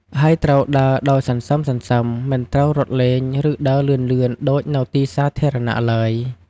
ហើយត្រូវដើរដោយសន្សឹមៗ មិនត្រូវរត់លេង ឬដើរលឿនៗដូចនៅទីសាធារណៈឡើយ។